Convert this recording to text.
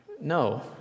No